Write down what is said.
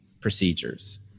procedures